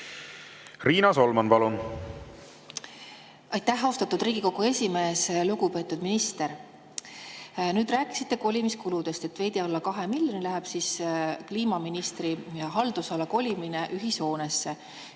Riina Solman, palun! Aitäh, austatud Riigikogu esimees! Lugupeetud minister! Te rääkisite kolimiskuludest, et veidi alla 2 miljoni läheb kliimaministri haldusala kolimine ühishoonesse.